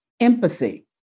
empathy